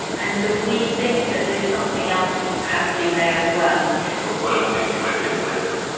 and so we think that there's something else happening there as well but what else do you think might be at play here?